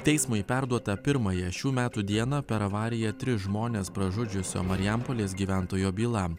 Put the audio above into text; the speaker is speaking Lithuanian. teismui perduota pirmąją šių metų dieną per avariją tris žmones pražudžiusio marijampolės gyventojo byla